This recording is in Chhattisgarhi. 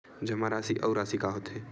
जमा राशि अउ राशि का होथे?